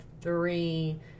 three